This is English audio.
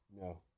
No